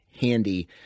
handy